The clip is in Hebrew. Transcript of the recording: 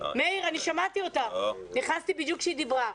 מאיר, אני שמעתי אותה, נכנסתי בדיוק כשהיא דיברה.